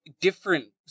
different